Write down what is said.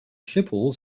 schiphol